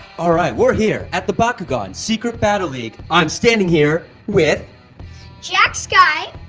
alright, we're here at the bakugan secret battle league. i'm standing here with jack skye.